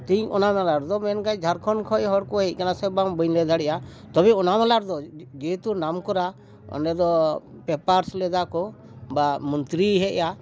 ᱛᱤᱦᱤᱧ ᱚᱱᱟ ᱢᱮᱞᱟ ᱨᱮᱫᱚ ᱢᱮᱱᱠᱷᱟᱡ ᱡᱷᱟᱲᱠᱷᱚᱸᱰ ᱠᱷᱚᱱ ᱦᱚᱲ ᱠᱚ ᱦᱮᱡ ᱠᱟᱱᱟ ᱥᱮ ᱵᱟᱝ ᱵᱟᱹᱧ ᱞᱟᱹᱭ ᱫᱟᱲᱮᱭᱟᱜᱼᱟ ᱛᱚᱵᱮ ᱚᱱᱟ ᱢᱮᱞᱟ ᱨᱮᱫᱚ ᱡᱮᱦᱮᱛᱩ ᱱᱟᱢ ᱠᱚᱨᱟ ᱚᱸᱰᱮ ᱫᱚ ᱯᱮᱯᱟᱨᱥ ᱞᱮᱫᱟ ᱠᱚ ᱵᱟ ᱢᱚᱱᱛᱨᱤᱭ ᱦᱮᱡ ᱟ